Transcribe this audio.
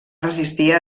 resistir